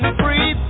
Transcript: free